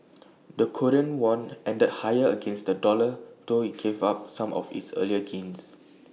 the Korean won ended higher against the dollar though IT gave up some of its earlier gains